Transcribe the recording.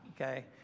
okay